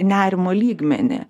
nerimo lygmenį